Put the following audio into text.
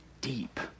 deep